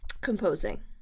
Composing